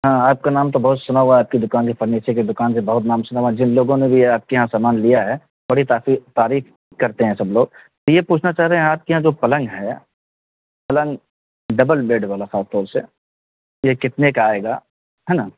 ہاں آپ کا نام تو بہت سنا ہوا ہے آپ کی دکان کے فرنیچر کے دکان کے بہت نام سنا ہوا ہے جن لوگوں نے بھی آپ کے یہاں سامان لیا ہے بری تعریف کرتے ہیں سب لوگ یہ پوچھنا چاہ رہے ہیں آپ کے یہاں جو پلنگ ہے پلنگ ڈبل بیڈ والا خاص طور سے یہ کتنے کا آئے گا ہے نا